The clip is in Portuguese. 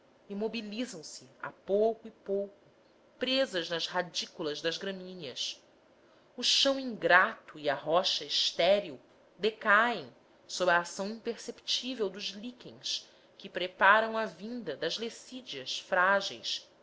humilde imobilizam se a pouco e pouco presas nas radículas das gramíneas o chão ingrato e a rocha estéril decaem sob a ação imperceptível dos líquens que preparam a vinda das lecídeas frágeis